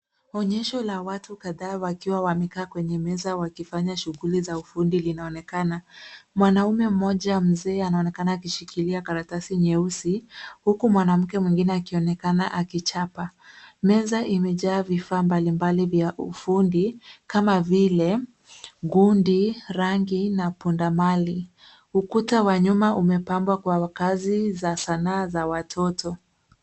Onyesho la watu kadhaa wakiwa wamekaa kwenye meza wakifanya shughuli za ufundi linaonekana. Mwanamume mmoja mzee anaonekana akishikilia karatasi nyeusi huku mwanamke mwingine akionekana akichapa. Meza imejaa vifaa mbalimbali vya ufundi kama vile gundi, rangi na pundamali. Ukuta wa nyuma umepambwa kwa kazi za sanaa za watoto.